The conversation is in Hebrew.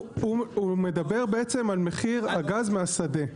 הוא מדבר בעצם על מחיר הגז מהשדה,